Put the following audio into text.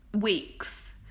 weeks